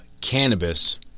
cannabis